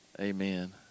Amen